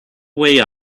way